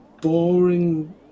boring